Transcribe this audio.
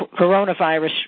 coronavirus